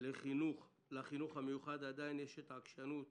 לחינוך המיוחד, עדיין יש לעתים עקשנות